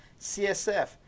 CSF